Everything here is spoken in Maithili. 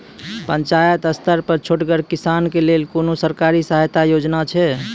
पंचायत स्तर पर छोटगर किसानक लेल कुनू सरकारी सहायता योजना छै?